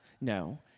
No